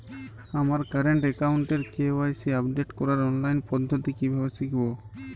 আমার কারেন্ট অ্যাকাউন্টের KYC update করার অনলাইন পদ্ধতি কীভাবে শিখব?